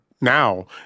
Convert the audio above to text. now